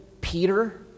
Peter